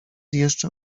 jeszcze